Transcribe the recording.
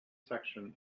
section